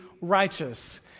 righteous